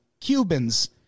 Cubans